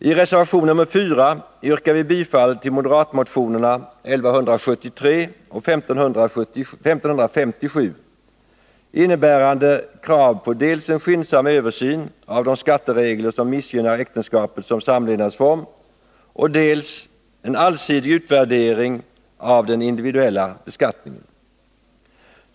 I reservation nr 4 yrkar vi bifall till moderatmotionerna 1173 och 1557 innebärande krav dels på en skyndsam översyn av de skatteregler som missgynnar äktenskapet som samlevnadsform, dels en allsidig utvärdering av den individuella beskattningen.